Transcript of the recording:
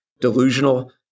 delusional